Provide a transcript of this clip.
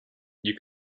you